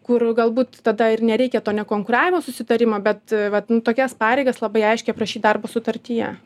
kur galbūt tada ir nereikia to nekonkuravimo susitarimo bet vat nu tokias pareigas labai aiškiai aprašyt darbo sutartyje